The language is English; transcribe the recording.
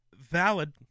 Valid